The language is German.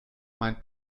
mein